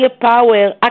power